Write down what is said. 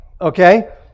Okay